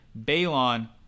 Balon